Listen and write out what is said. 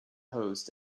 host